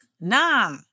Nah